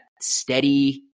Steady